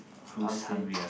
I see